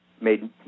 made